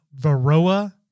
Varroa